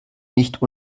nicht